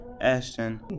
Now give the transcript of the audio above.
Ashton